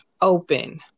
open